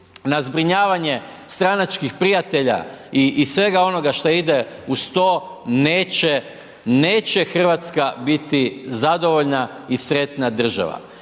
na zbrinjavanje stranačkih prijatelja i svega onoga šta ide uz to, neće, neće RH biti zadovoljna i sretna država.